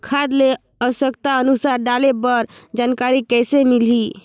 खाद ल आवश्यकता अनुसार डाले बर जानकारी कइसे मिलही?